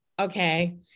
okay